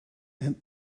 and